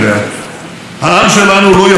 העם שלנו לא יפקיד בידיכם,